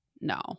no